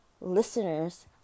listeners